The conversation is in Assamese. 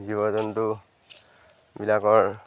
জীৱ জন্তুবিলাকৰ